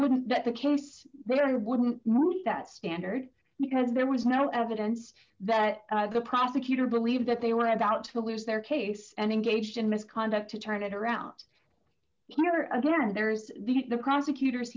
wouldn't let the case they wouldn't move that standard because there was no evidence that the prosecutor believed that they were about to lose their case and engaged in misconduct to turn it around never again or there's the prosecutors